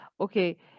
Okay